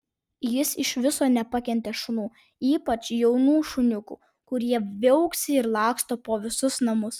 jis iš viso nepakentė šunų ypač jaunų šuniukų kurie viauksi ir laksto po visus namus